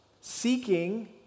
seeking